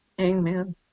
Amen